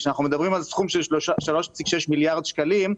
כשאנחנו מדברים על סכום של 3,6 מיליארד שקלים,